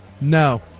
No